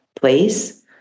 place